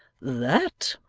that,